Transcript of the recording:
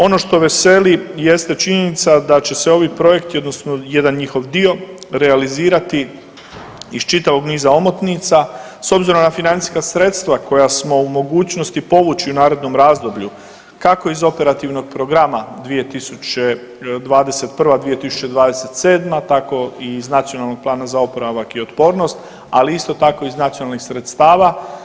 Ono što veseli jeste činjenica da će se ovi projekti, odnosno jedan njihov dio realizirati iz čitavog niza omotnica, s obzirom na financijska sredstva koja smo u mogućnosti povući u narednom razdoblju, kako iz Operativnog programa 2021.-2027., tako i iz Nacionalnog plana za oporavak i otpornost, ali isto tako i iz nacionalnih sredstava.